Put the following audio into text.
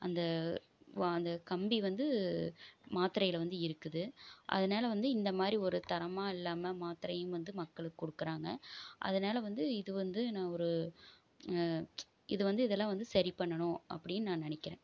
அந்த வா அந்த கம்பி வந்து மாத்திரையில் வந்து இருக்குது அதனால் வந்து இந்தமாதிரி ஒரு தரமா இல்லாமல் மாத்திரையும் வந்து மக்களுக்கு கொடுக்குறாங்க அதனால் வந்து இது வந்து நான் ஒரு இது வந்து இதெல்லாம் வந்து சரி பண்ணனும் அப்படின்னு நான் நினைக்கிறேன்